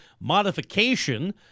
modification